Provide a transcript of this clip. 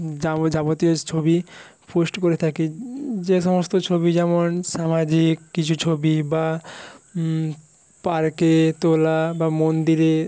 যাবতীয় ছবি পোস্ট করে থাকি যে সমস্ত ছবি যেমন সামাজিক কিছু ছবি বা পার্কে তোলা বা মন্দিরে